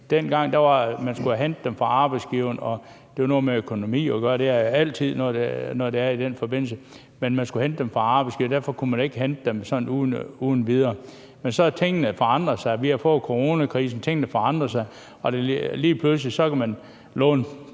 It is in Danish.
Dengang skulle man hente dem fra arbejdsgivere – og det havde noget med økonomi at gøre; det har det altid, når det er i den forbindelse – og derfor kunne man ikke hente dem sådan uden videre. Man så har tingene forandret sig; vi har fået coronakrisen. Tingene forandrer sig, og lige pludselig kan staten låne